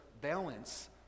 balance